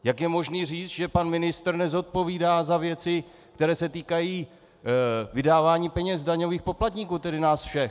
Jak je možné říct, že pan ministr nezodpovídá za věci, které se týkají vydávání peněz daňových poplatníků, tedy nás všech?